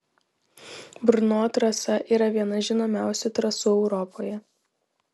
brno trasa yra viena žinomiausių trasų europoje